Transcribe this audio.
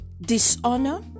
dishonor